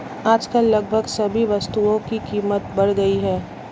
आजकल लगभग सभी वस्तुओं की कीमत बढ़ गई है